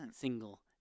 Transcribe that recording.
single